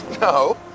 No